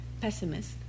pessimist